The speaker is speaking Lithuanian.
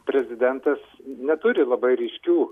prezidentas neturi labai ryškių